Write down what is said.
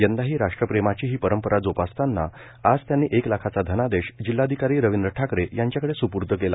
यंदाही राष्ट्रप्रेमाची ही परंपरा जोपासताना आज त्यांनी एक लाखाचा धनादेश जिल्हाधिकारी रविंद्र ठाकरे यांच्याकडे सुपूर्द केला